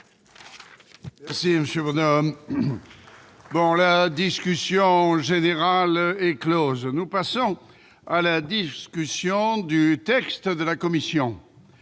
d'illusions ... La discussion générale est close. Nous passons à la discussion du texte de la commission.